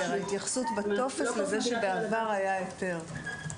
ההתייחסות בטופס לכך שבעבר היה היתר.